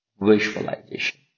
Visualization